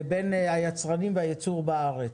לבין היצרנים והייצור בארץ.